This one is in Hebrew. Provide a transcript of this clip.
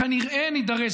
כנראה שנידרש,